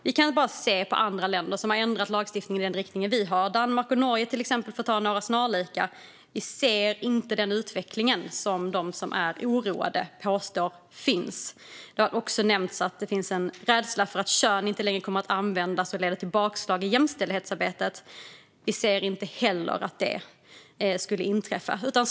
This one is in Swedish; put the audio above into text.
Vi kan se på andra länder som har ändrat lagstiftningen i denna riktning, till exempel Danmark och Norge, för att ta ett par snarlika länder. Där ser vi inte den utveckling som de som är oroade påstår finns. Det har också nämnts att det finns en rädsla för att kön inte längre kommer att användas och att det skulle leda till bakslag i jämställdhetsarbetet. Vi ser inte att det skulle inträffa heller.